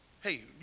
hey